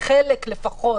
לחלק לפחות,